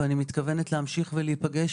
ואני מתכוונת להמשיך ולהיפגש.